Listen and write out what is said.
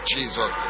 Jesus